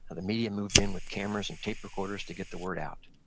the media moved in with cameras and tape recorders to get the word out.